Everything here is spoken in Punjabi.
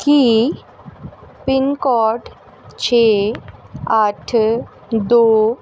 ਕੀ ਪਿੰਨ ਕੋਡ ਛੇ ਅੱਠ ਦੋ